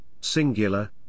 singular